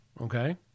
Okay